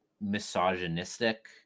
misogynistic